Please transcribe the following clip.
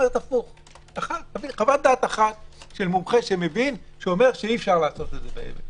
תביא חוות דעת אחת של מומחה שמבין שאומר שאי-אפשר לעשות את זה.